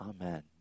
Amen